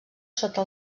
sota